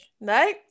No